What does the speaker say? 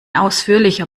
ausführlicher